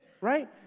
right